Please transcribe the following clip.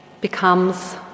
becomes